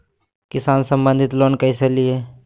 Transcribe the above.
किसान संबंधित लोन कैसै लिये?